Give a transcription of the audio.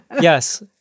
Yes